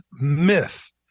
myth